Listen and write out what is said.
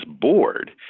board